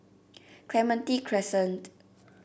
Clementi Crescent